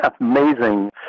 amazing